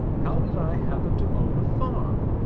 how did i happen to own a farm?